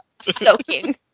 Soaking